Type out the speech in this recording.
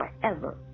forever